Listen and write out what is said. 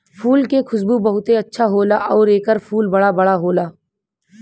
फूल के खुशबू बहुते अच्छा होला आउर एकर फूल बड़ा बड़ा होला